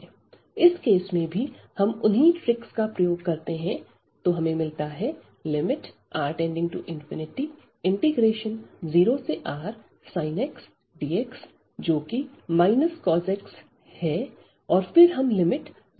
इस केस में भी हम उन्हीं ट्रिकस का प्रयोग करते हैं तो हमें मिलता है lim⁡R→∞0R x dx जोकि x है और फिर हम लिमिट 0 से R लेते हैं